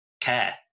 care